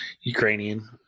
Ukrainian